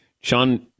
Sean